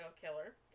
killer